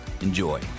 Enjoy